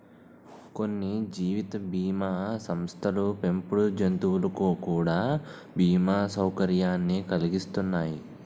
కొన్ని జీవిత బీమా సంస్థలు పెంపుడు జంతువులకు కూడా బీమా సౌకర్యాన్ని కలిగిత్తన్నాయి